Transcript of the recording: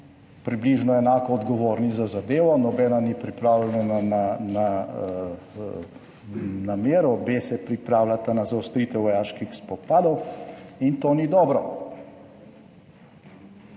približno enako odgovorni za zadevo, nobena ni pripravljena na namero, obe se pripravljata na zaostritev vojaških spopadov in to ni dobro.